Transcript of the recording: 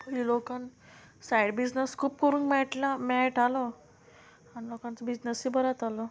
लोकान side business खूब करूंक मेळटा मेळटालो आनी लोकांचो बिजनसूय बरो जातालो